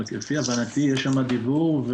אבל כפי הבנתי יש שם דיבור.